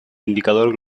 indicador